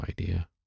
idea